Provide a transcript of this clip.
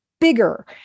bigger